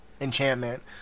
enchantment